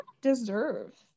deserve